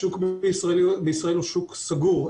השוק בישראל הוא שוק סגור.